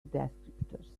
descriptors